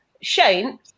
Shane